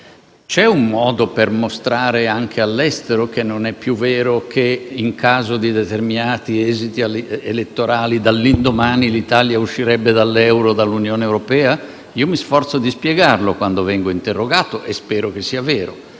C'è un modo per mostrare anche all'estero che non è più vero che, in caso di determinati esiti elettorali, dall'indomani l'Italia uscirebbe dall'euro e dall'Unione europea? Mi sforzo di spiegarlo quando vengo interrogato e spero che sia vero,